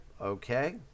okay